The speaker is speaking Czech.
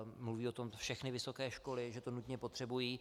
Mluví o tom všechny vysoké školy, že to nutně potřebují.